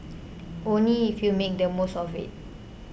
only if you make the most of it